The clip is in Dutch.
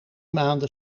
maanden